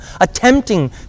attempting